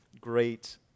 great